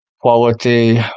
Quality